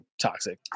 toxic